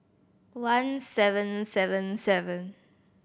one seven seven seven